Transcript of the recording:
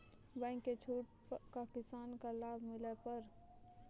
Bank से छूट का किसान का लाभ मिला पर?